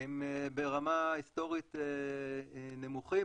הם ברמה היסטורית נמוכים,